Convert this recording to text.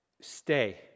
stay